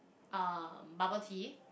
um bubble tea